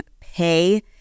pay